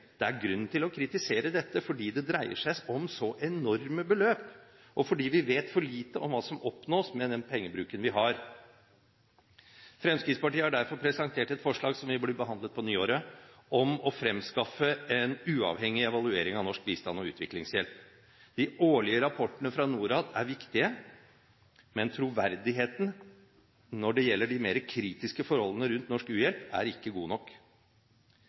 Det er grunn til å kritisere dette, fordi det dreier seg om så enorme beløp, og fordi vi vet for lite om hva som oppnås med den pengebruken vi har. Fremskrittspartiet har derfor presentert et forslag som vil bli behandlet på nyåret, om å fremskaffe en uavhengig evaluering av norsk bistand og utviklingshjelp. De årlige rapportene fra Norad er viktige, men troverdigheten når det gjelder de mer kritiske forholdene rundt norsk u-hjelp, er ikke god nok.